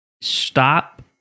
stop